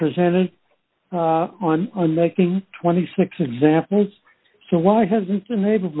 presented on unmaking twenty six examples so why hasn't been able to